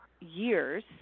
years